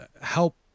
help